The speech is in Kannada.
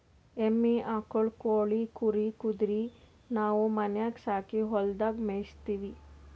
ಎಮ್ಮಿ ಆಕುಳ್ ಕೋಳಿ ಕುರಿ ಕುದರಿ ನಾವು ಮನ್ಯಾಗ್ ಸಾಕಿ ಹೊಲದಾಗ್ ಮೇಯಿಸತ್ತೀವಿ